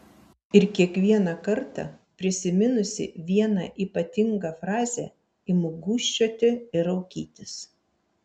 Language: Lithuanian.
ir kiekvieną kartą prisiminusi vieną ypatingą frazę imu gūžčioti ir raukytis